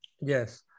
Yes